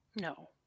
No